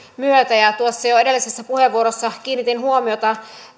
myötä tuossa jo edellisessä puheenvuorossa kiinnitin huomiota